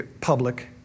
public